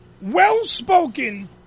well-spoken